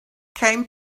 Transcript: came